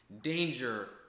danger